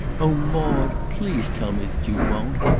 oh, maude, please tell me that you won't!